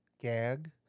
gag